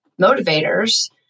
motivators